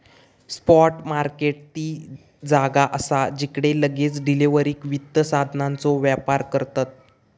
spot market ती जागा असा जिकडे लगेच डिलीवरीक वित्त साधनांचो व्यापार करतत